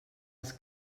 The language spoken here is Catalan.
els